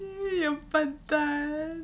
you 笨蛋